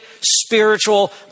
spiritual